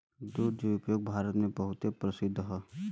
दुग्ध उद्योग भारत मे बहुते प्रसिद्ध हौ